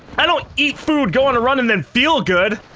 i don't eat food go on a run and then feel good.